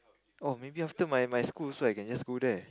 oh maybe after my my school also I can just go there